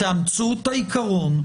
תאמצו את העיקרון,